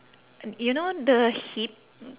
you know the hip